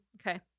Okay